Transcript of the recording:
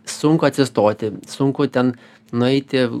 sunku atsistoti sunku ten nueiti